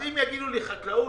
אם יגידו לי חקלאות,